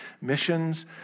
missions